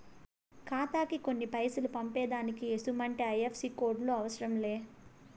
ఖాతాకి కొన్ని పైసలు పంపేదానికి ఎసుమంటి ఐ.ఎఫ్.ఎస్.సి కోడులు అవసరం లే